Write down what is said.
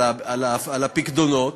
על הפיקדונות,